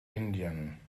indien